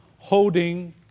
holding